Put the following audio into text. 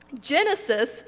Genesis